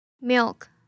Milk